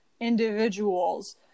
individuals